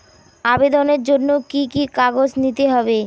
আবেদনের জন্য কি কি কাগজ নিতে হবে?